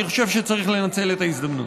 אני חושב שצריך לנצל את ההזדמנות.